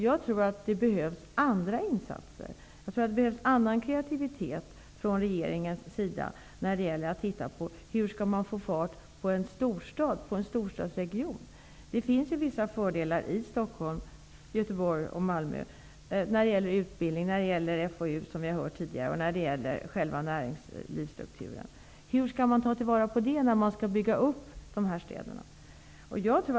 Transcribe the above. Jag tror att det behövs andra insatser, en annan kreativitet från regeringens sida, när det gäller att finna vägar för att få fart på en storstadsregion. Det finns ju vissa fördelar i Stockholm, Göteborg och Malmö när det gäller utbildning och FoU, det har vi ju tidigare hört här, men också när det gäller själva näringslivsstrukturen. Men hur skall man ta vara på fördelarna när de här städerna byggs upp?